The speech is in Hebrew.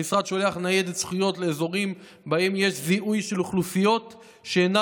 המשרד שולח ניידת זכויות לאזורים שבהם יש זיהוי של אוכלוסיות שאינן